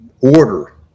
order